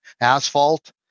asphalt